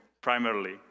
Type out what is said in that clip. Primarily